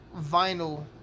vinyl